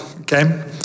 okay